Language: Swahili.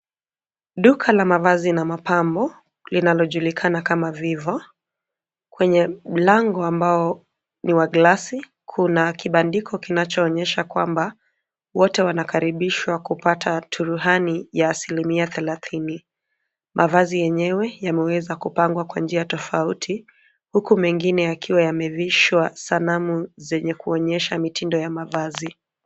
Duka la mavazi na mapambo linalo julikana kama Vivo kwenye mlango ambao ni wa glasi kuna kibandiko kinachoonyesha kwamba wote wanakaribishwa kupata turuhani ya asilia thelathini. Mavazi yenyewe yameweza kupangwa kwa njia tofauti huku mengine yakiwa yamevishwa sanamu zenye kuonyesha mitindo ya mavazi.